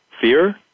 fear